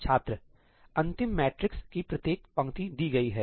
छात्र अंतिम मैट्रिक्स की प्रत्येक पंक्ति दी गई है